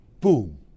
boom